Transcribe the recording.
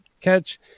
catch